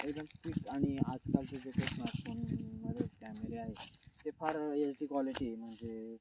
एकदम स्विफ्ट आणि आजकालचे जे स्मार्टफोनमध्ये कॅमेरे आहेत ते फार एच डी क्वालिटी म्हणजे